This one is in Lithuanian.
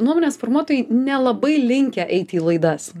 nuomonės formuotojai nelabai linkę eiti į laidas